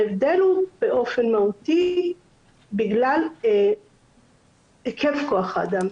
ההבדל הוא באופן מהותי בגלל היקף כח האדם.